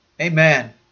Amen